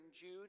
Jude